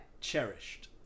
Cherished